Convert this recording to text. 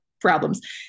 problems